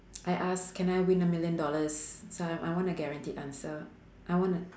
I ask can I win a million dollars so I I want a guaranteed answer I want a